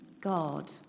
God